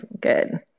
good